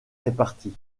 répartie